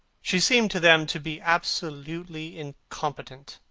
she seemed to them to be absolutely incompetent.